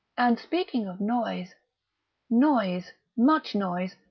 and speaking of noise noise, much noise,